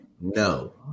no